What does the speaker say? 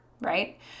right